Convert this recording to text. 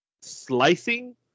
slicing